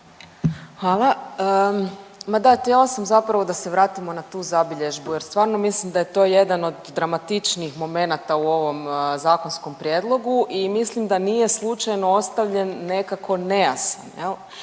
Hvala. Ma da, htjela sam zapravo da se vratimo na tu zabilježbu jer stvarno mislim da je to jedan od dramatičnijih momenata u ovom zakonskom prijedlogu i mislim da nije slučajno ostavljen nekako nejasan